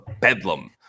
bedlam